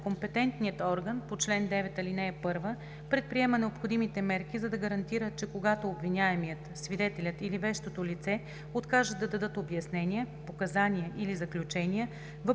Компетентният орган по чл. 9, ал. 1 предприема необходимите мерки, за да гарантира, че когато обвиняемият, свидетелят или вещото лице откажат да дадат обяснения, показания или заключения,